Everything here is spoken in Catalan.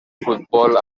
futbol